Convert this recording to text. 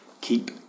keep